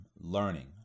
learning